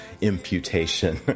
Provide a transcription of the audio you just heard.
imputation